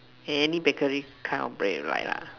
any bakery kind of bread you like lah